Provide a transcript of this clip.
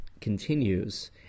continues